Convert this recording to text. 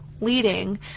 leading